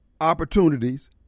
opportunities